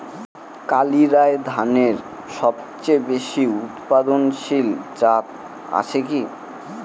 কালিরাই ধানের সবচেয়ে বেশি উৎপাদনশীল জাত আছে কি?